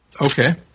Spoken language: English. Okay